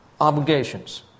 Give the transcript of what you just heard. obligations